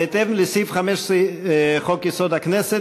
בהתאם לסעיף 15 לחוק-יסוד: הכנסת,